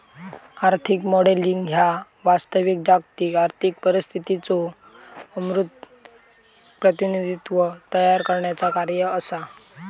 आर्थिक मॉडेलिंग ह्या वास्तविक जागतिक आर्थिक परिस्थितीचो अमूर्त प्रतिनिधित्व तयार करण्याचा कार्य असा